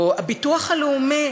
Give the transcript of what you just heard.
או הביטוח הלאומי,